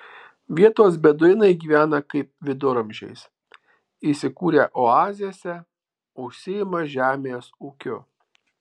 vietos beduinai gyvena kaip viduramžiais įsikūrę oazėse užsiima žemės ūkiu